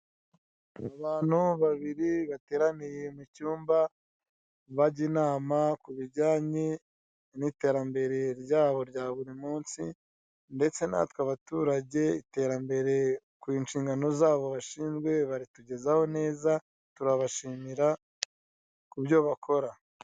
Abantu babiri bateraniye mucyumba bajya inama kubijyanye n'iterambere ryabo ya buri munsi ndetse natwe abaturage iterambere ku nshingano zabo bashinjwe baritujyezaho neza turabashimira kubyo bakora.